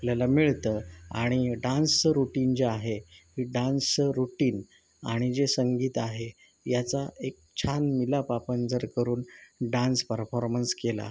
आपल्याला मिळतं आणि डान्सचं रूटीन जे आहे डान्सचं रूटीन आणि जे संगीत आहे याचा एक छान मिलाप आपण जर करून डान्स परफॉर्मन्स केला